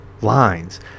lines